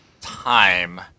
time